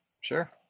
sure